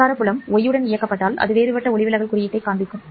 மின்சார புலம் Y உடன் இயக்கப்பட்டால் அது வேறுபட்ட ஒளிவிலகல் குறியீட்டைக் காணும்